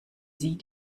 sie